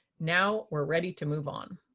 now we're ready to move on.